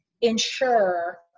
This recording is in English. ensure